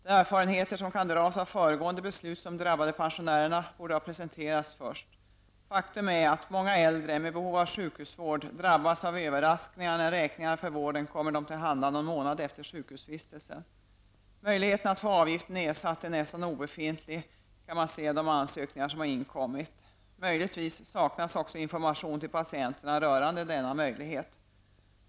De erfarenheter som kan dras av föregående beslut som drabbade pensionärerna borde ha presenterats först. Faktum är att många äldre med behov av sjukhusvård drabbas av överraskningar när räkningar för vården kommer dem till handa någon månad efter sjukhusvistelsen. Möjligheten att få avgiften nedsatt är nästan obefintlig kan man se av de ansökningar som inkommit. Möjligtvis saknas också information till patienterna rörande denna möjlighet.